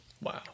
Wow